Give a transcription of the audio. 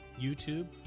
YouTube